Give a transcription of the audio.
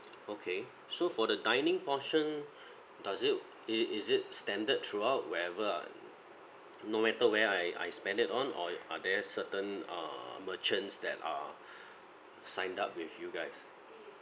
okay so for the dining portion does it it is it standard throughout wherever uh no matter where I I spend it on or are there certain err merchants that are signed up with you guys